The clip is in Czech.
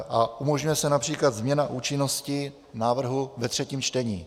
Umožňuje se například změna účinnosti návrhu ve třetím čtení.